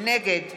נגד